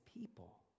people